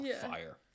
fire